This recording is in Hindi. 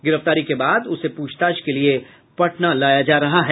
गिरफ्तारी के बाद उसे पूछताछ के लिए पटना लाया जा रहा है